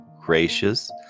gracious